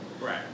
Right